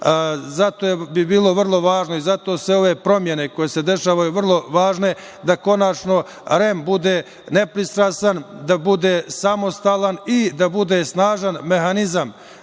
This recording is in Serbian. Zato bi bilo vrlo važno i zato su ove promene koje se dešavaju vrlo važne da konačno REM bude nepristrasan, da bude samostalan i da bude snažan mehanizam